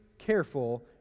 careful